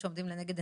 ז'